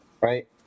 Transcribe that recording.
right